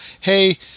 hey